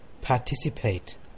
participate